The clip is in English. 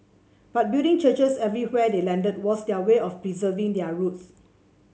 but building churches everywhere they landed was their way of preserving their roots